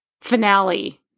finale